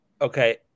okay